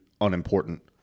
unimportant